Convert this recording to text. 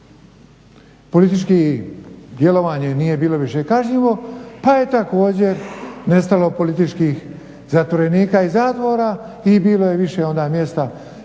političko djelovanje nije bilo više kažnjivo pa je također nestalo političkih zatvorenika iz zatvora i bilo je više onda mjesta i